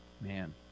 Man